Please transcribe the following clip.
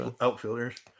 outfielders